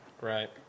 Right